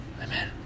Amen